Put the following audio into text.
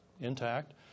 intact